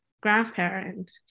grandparent